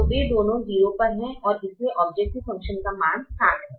तो वे दोनों 0 पर हैं और इसलिए ऑब्जेक्टिव फ़ंक्शन का मान 60 है